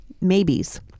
maybes